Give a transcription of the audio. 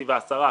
נתיב העשרה,